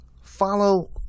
follow